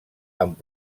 amb